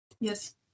Yes